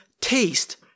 taste